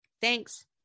thanks